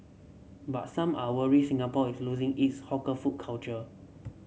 but some are worried Singapore is losing its hawker food culture